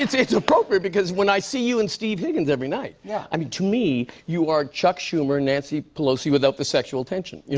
it's it's appropriate, because when i see you and steve higgins every night. yeah i mean to me, you are chuck schumer, nancy pelosi, without the sexual tension.